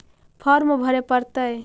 Farm भरे परतय?